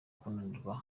kunanirwa